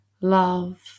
love